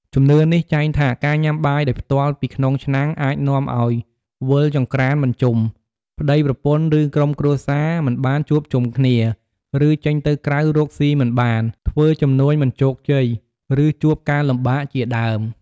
ជំនឿនេះចែងថា ការញ៉ាំបាយដោយផ្ទាល់ពីក្នុងឆ្នាំងអាចនាំឲ្យ វិលចង្ក្រានមិនជុំ ប្តីប្រពន្ធ ឬក្រុមគ្រួសារមិនបានជួបជុំគ្នា ឬ ចេញក្រៅរកស៊ីមិនបាន ធ្វើជំនួញមិនជោគជ័យ ឬជួបការលំបាកជាដើម។